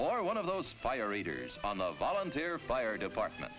or one of those fire eaters on the volunteer fire department